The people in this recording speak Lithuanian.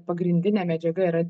pagrindinė medžiaga yra